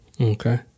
Okay